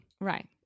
right